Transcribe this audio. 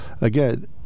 again